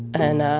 and